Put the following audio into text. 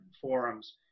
forums